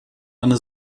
eine